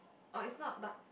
oh it's not duck